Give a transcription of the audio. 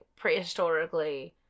prehistorically